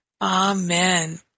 Amen